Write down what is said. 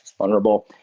vulnerable.